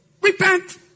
Repent